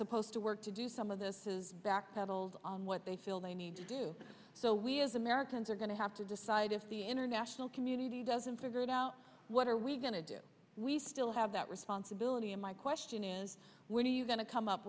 supposed to work to do some of this has backpedaled on what they feel they need to do so we as americans are going to have to decide if the international community doesn't figure it out what are we going to do we still have that responsibility and my question is when are you going to come up